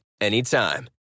Anytime